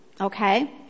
okay